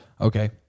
Okay